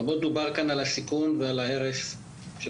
רבות דובר כאן על הסיכון ועל ההרס של